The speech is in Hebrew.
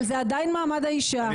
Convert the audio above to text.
אבל זה עדיין מעמד האישה.